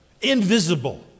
Invisible